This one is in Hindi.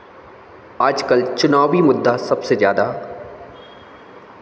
आज कल चुनावी मुद्दा सबसे ज़्यादा